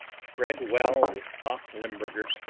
spread well with soft limburger,